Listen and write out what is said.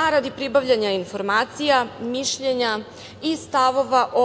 a radi pribavljanja informacija, mišljenja i stavova o